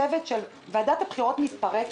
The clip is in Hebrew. ועדת הבחירות מתפרקת,